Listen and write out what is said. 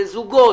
לזוגות,